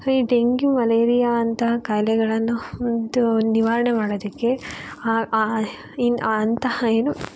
ಈ dengue malaria ಅಂಥಾ ಖಾಯಿಲೆಗಳನ್ನು ಉಗಿದು ನಿವಾರಣೆ ಮಾಡೋದಿಕ್ಕೆ ಅಂತಹ ಏನು